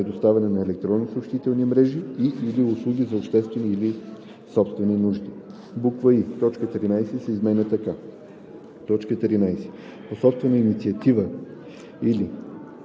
предоставяне на електронни съобщителни мрежи и/или услуги за обществени или собствени нужди;“; и) точка 13 се изменя така: „13. по собствена инициатива или